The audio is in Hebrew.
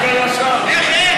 איך אין?